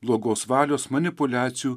blogos valios manipuliacijų